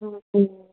অঁ অঁ